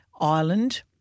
Ireland